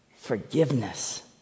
Forgiveness